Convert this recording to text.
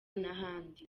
n’ahandi